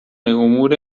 امور